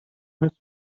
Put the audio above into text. his